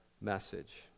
message